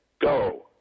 go